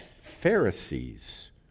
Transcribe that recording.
Pharisees